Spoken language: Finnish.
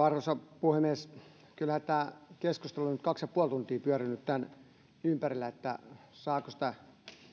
arvoisa puhemies kyllähän tämä keskustelu on nyt kaksi ja puoli tuntia pyörinyt tämän ympärillä saako sitä